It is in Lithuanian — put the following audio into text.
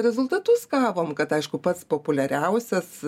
rezultatus gavom kad aišku pats populiariausias